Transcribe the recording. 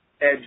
edge